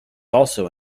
also